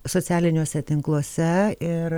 socialiniuose tinkluose ir